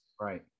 Right